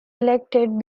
elected